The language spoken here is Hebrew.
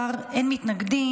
בעד, 17, אין מתנגדים,